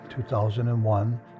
2001